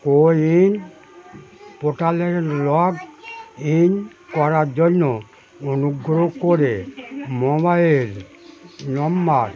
CoWIN পোর্টালে log in করার জন্য অনুগ্রহ করে মোবাইল নম্বর